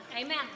Amen